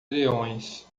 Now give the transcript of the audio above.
leões